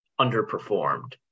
underperformed